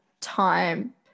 time